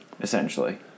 essentially